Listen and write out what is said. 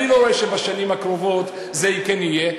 שבשנים הקרובות זה כן יהיה.